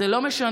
זה לא משנה.